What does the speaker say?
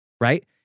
right